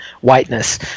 whiteness